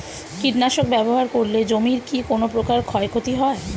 কীটনাশক ব্যাবহার করলে জমির কী কোন প্রকার ক্ষয় ক্ষতি হয়?